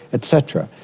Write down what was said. et cetera.